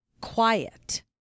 quiet